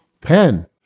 PEN